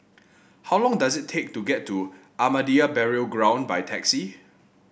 how long does it take to get to Ahmadiyya Burial Ground by taxi